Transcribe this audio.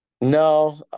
No